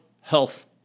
health